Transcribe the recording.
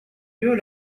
vieux